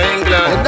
England